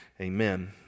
Amen